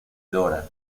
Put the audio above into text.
dora